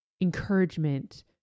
encouragement